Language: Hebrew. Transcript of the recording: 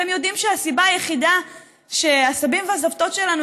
אתם יודעים שהסיבה היחידה שהסבים והסבתות שלנו